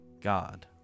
God